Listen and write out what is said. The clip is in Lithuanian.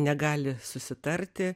negali susitarti